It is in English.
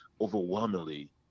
overwhelmingly